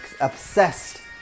obsessed